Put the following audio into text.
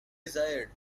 desired